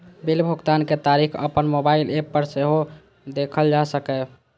bill भुगतानक तारीख अपन मोबाइल एप पर सेहो देखल जा सकैए